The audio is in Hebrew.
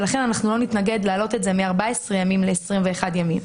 ולכן לא נתנגד להעלות את זה מ-14 ימים ל-21 ימים.